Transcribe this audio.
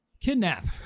kidnap